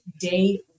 day